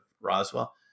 Roswell